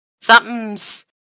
Something's